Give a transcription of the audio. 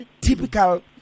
typical